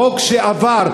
חוק שעבר,